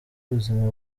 ubuzima